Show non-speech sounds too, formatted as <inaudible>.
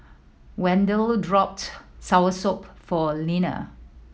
Wendell <unintelligible> soursop for Lenna